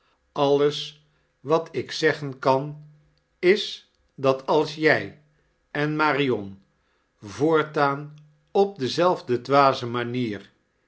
alles wat ik zeggen kan is dat als jij en marion yoortgaan op dezelfde dwaze manier